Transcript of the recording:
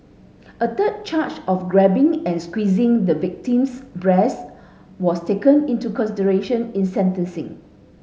a third charge of grabbing and squeezing the victim's breasts was taken into consideration in sentencing